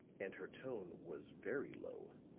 and her tone was very low,